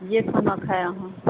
जे खाना खाइ अहाँ